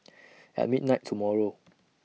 At midnight tomorrow